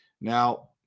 Now